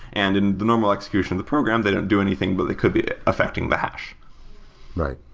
and in the normal execution of the program, they don't do anything, but it could be affecting the hash right.